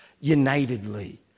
unitedly